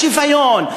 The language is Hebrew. השוויון,